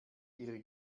ihre